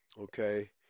okay